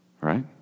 right